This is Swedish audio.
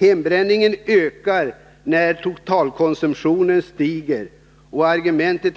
Hembränningen ökar när totalkonsumtionen stiger, och prisargumentet